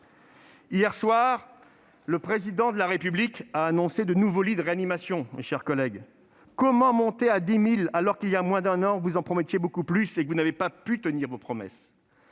Hier soir, le Président de la République a annoncé de nouveaux lits de réanimation. Comment monter à 10 000, alors qu'il y a moins d'un an vous en promettiez beaucoup plus et que vous n'avez pas pu tenir vos promesses ?